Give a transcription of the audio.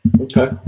okay